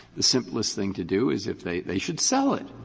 the simplest thing to do is if they they should sell it.